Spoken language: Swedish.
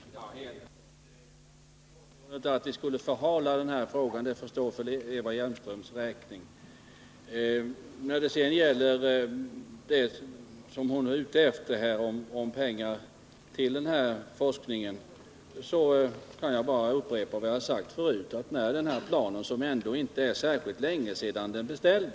Herr talman! Jag skall fatta mig kort. Påståendet att vi skulle förhala den här frågan får stå för Eva Hjelmströms räkning. När det gäller det som Eva Hjelmström är ute efter, pengar till den här forskningen, kan jag bara upprepa vad jag sagt förut. När planen, som ju inte beställdes för så länge sedan, är färdig